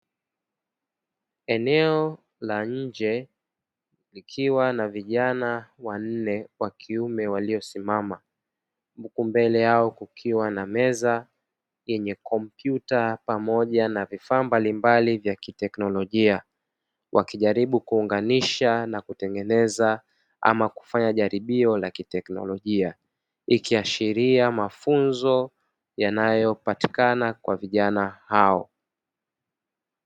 Eneo la nje, likiwa na vijana wanne wa kiume waliosimama, mbele yao kukiwa na meza yenye kompyuta pamoja na vifaa mbalimbali vya kiteknolojia, wakijaribu kuunganisha na kutengeneza ama kufanya jaribio la kiteknolojia, likiashiria mafunzo yanayopatikana kwa vijana hao.